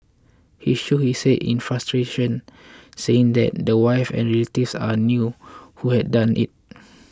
he shook his head in frustration saying that the wife and relatives all knew who had done it